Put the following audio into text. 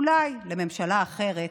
אולי, בממשלה אחרת.